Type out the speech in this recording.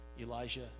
Elijah